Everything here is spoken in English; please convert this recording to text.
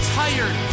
tired